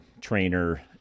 trainer